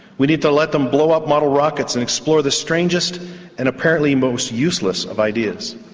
we need to let them blow up model rockets and explore the strangest and apparently most useless of ideas.